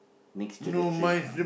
next to the tree